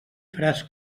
faràs